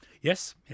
Yes